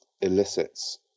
elicits